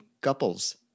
Couples